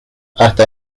hasta